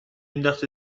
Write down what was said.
نداختی